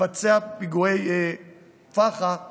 לבצע פיגועי פח"ע כאן,